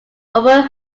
robert